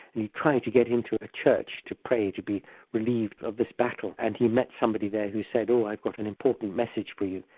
and he tried to get into a church to pray to be relieved of this battle, and he met somebody there who said, oh, i've got an important message for you',